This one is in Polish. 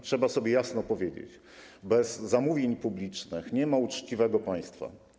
Trzeba sobie jasno powiedzieć: bez zamówień publicznych nie ma uczciwego państwa.